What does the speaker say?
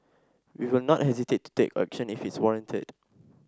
we will not hesitate to take action if it is warranted